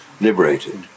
liberated